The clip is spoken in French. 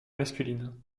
masculine